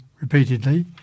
repeatedly